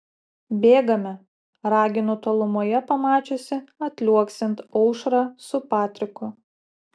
bėgame raginu tolumoje pamačiusi atliuoksint aušrą su patriku